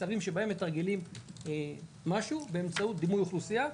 מצבים שבהם מתרגלים משהו באמצעות דימוי אוכלוסייה,